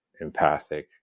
empathic